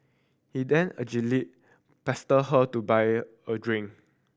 he then pestered her to buy a a drink